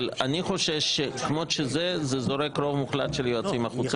אבל אני חושש שזה יזרוק את רוב המוחלט של היועצים החוצה,